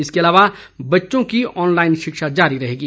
इसके अलावा बच्चों की ऑनलाईन शिक्षा जारी रहेगी